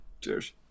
Cheers